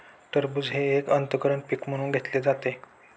टरबूज हे एक आंतर पीक म्हणून घेतले जाते